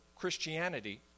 Christianity